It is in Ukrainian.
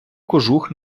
кожух